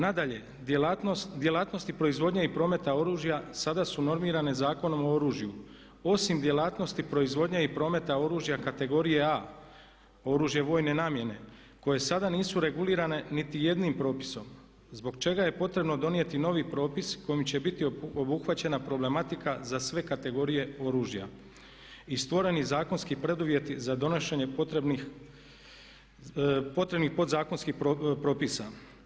Nadalje djelatnosti, proizvodnja i prometa oružja sada su normirane Zakonom o oružju osim djelatnosti proizvodnje i prometa oružja kategorije A, oružje vojne namjene koje sada nisu regulirane niti jednim propisom zbog čega je potrebno donijeti novi propis kojim će biti obuhvaćena problematika za sve kategorije oružja i stvoreni zakonski preduvjeti za donošenje potrebnih pod zakonskih propisa.